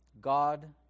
God